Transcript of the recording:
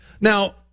Now